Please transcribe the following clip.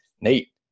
Nate